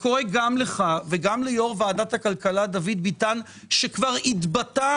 אני קורא גם לך וגם ליו"ר ועדת הכלכלה דוד ביטן שכבר התבטא